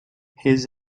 his